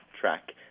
track